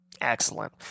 Excellent